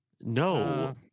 No